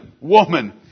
woman